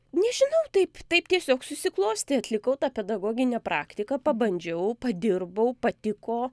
nežinau taip taip tiesiog susiklostė atlikau tą pedagoginę praktiką pabandžiau padirbau patiko